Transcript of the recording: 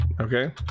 Okay